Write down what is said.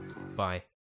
Bye